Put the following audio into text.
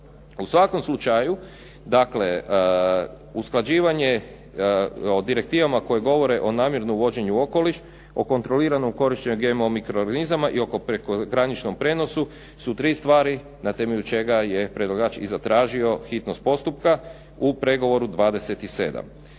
U svakom slučaju dakle, usklađivanje o direktivama koje govore o namjernom uvođenju u okoliš, o kontroliranom korištenju GMO mikroorganizama i prekograničnom prijenosu su tri stvari na temelju je čega predlagač i zatražio hitnost postupka u pregovoru 27.